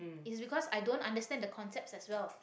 it's because i don't understand the concepts as well